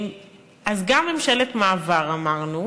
אז גם ממשלת מעבר אמרנו,